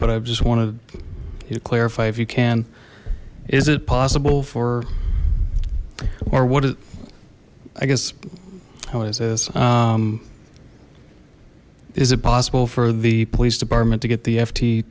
but i just wanted you to clarify if you can is it possible for or what it i guess how it is is it possible for the police department to get the ft t